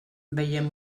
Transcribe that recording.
veiem